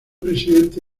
presidente